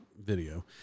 video